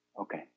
Okay